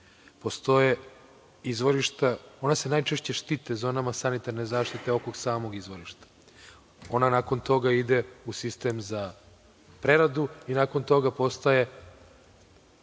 Postoje izvorišta, ona se najčešće štite zonama sanitarne zaštite oko samog izvorišta, ona nakon toga ide u sistem za preradu, i nakon toga postaje